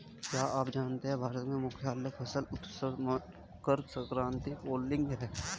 क्या आप जानते है भारत में मुख्य फसल उत्सव मकर संक्रांति, पोंगल है?